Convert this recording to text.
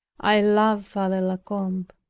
i love father la combe.